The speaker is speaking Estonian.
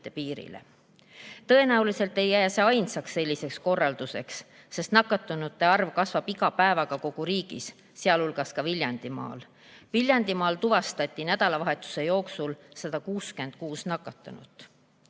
piirile. Tõenäoliselt ei jää see ainsaks selliseks korralduseks, sest nakatunute arv kasvab iga päevaga kogu riigis, sealhulgas ka Viljandimaal. Viljandimaal tuvastati nädalavahetuse jooksul 166 nakatunut.